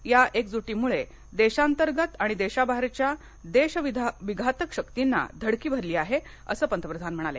या एकजूटीमुळे देशांतर्गत आणि देशाबाहेरच्या देशविघातक शक्तींना धडकी भरली आहे असं पंतप्रधान म्हणाले